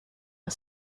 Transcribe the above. are